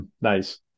Nice